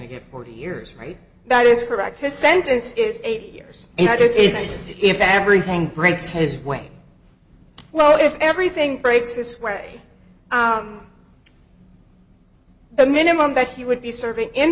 to get forty years right that is correct his sentence is eight years and i just see if everything breaks his way well if everything breaks this way the minimum that he would be serving in